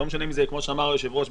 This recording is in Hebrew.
לא משנה אם זה כמו שאמר היושב-ראש,